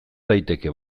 daiteke